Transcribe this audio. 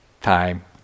time